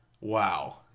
Wow